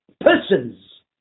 persons